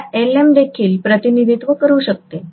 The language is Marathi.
आता Lm देखील प्रतिनिधित्व करू शकते